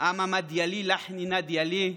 "אמאמא דיאלי לחנינה דיאלי",